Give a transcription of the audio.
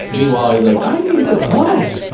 meanwhile, he's like, i need the client!